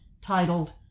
titled